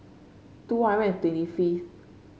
two hundred and twenty fifth